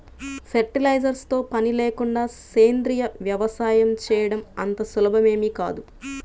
fertilisers తో పని లేకుండా సేంద్రీయ వ్యవసాయం చేయడం అంత సులభమేమీ కాదు